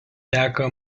teka